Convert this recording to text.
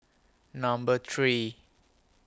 Number three